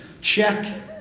Check